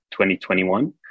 2021